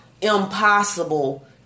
impossible